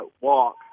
walk